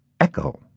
echo